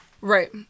Right